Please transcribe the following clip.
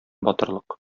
батырлык